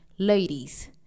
Ladies